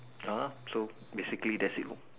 (uh huh) so basically that's it lah